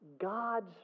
God's